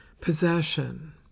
possession